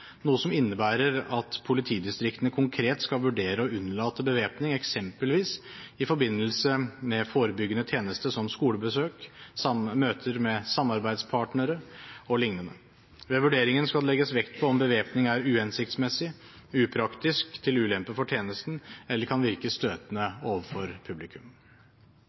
noe som innebærer at politidistriktene konkret skal vurdere å unnlate bevæpning eksempelvis i forbindelse med forebyggende tjeneste som skolebesøk, møter med samarbeidspartnere o.l. Ved vurderingen skal det legges vekt på om bevæpning er uhensiktsmessig, upraktisk, til ulempe for tjenesten eller kan virke støtende overfor publikum.